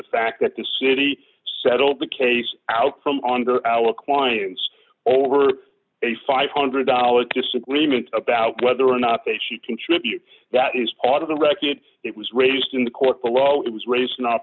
the fact that the city settled the case out from under our clients over a five hundred dollars disagreement about whether or not they should contribute that is part of the racket it was raised in the corporal oh it was raised in